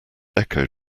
echoed